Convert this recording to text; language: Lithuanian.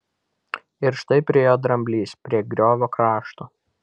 ir štai priėjo dramblys prie griovio krašto